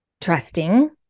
trusting